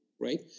right